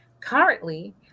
Currently